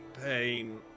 Pain